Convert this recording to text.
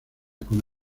con